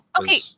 Okay